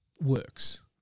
works